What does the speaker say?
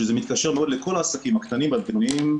שזה מתקשר מאוד לכל העסקים הקטנים והבינוניים.